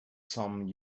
some